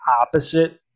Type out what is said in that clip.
opposite